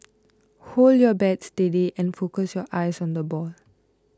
hold your bat steady and focus your eyes on the ball